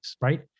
right